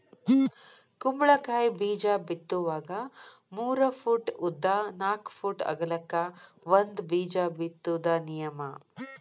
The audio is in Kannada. ಕುಂಬಳಕಾಯಿ ಬೇಜಾ ಬಿತ್ತುವಾಗ ಮೂರ ಪೂಟ್ ಉದ್ದ ನಾಕ್ ಪೂಟ್ ಅಗಲಕ್ಕ ಒಂದ ಬೇಜಾ ಬಿತ್ತುದ ನಿಯಮ